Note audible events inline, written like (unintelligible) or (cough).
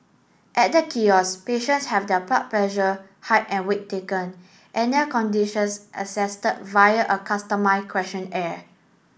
at the kiosk patients have their blood pressure height and weight taken and their conditions assess (unintelligible) via a customise questionnaire